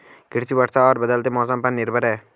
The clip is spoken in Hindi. कृषि वर्षा और बदलते मौसम पर निर्भर है